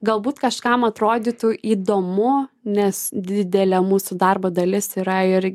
galbūt kažkam atrodytų įdomu nes didelė mūsų darbo dalis yra ir